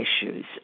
issues